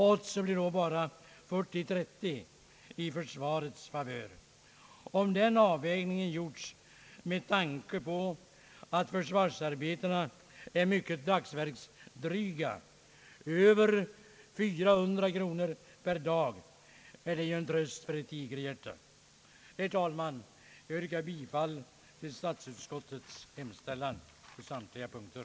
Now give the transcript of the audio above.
Oddsen blir då bara 40—30 till försvarets favör. Om den avvägningen gjorts med tanke på att försvarsarbetena är mycket kostnadsdryga per dagsverke, över 400 kronor per dag, är det ju en tröst för ett tigerhjärta. Herr talman! Jag yrkar bifall till statsutskottets hemställan på samtliga punkter.